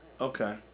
Okay